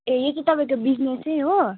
ए यो चाहिँ तपाईँको बिजनेसै हो